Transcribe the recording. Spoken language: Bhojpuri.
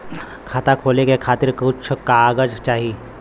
खाता खोले के खातिर कुछ कागज चाही?